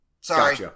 Sorry